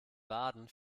baden